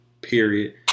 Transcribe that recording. Period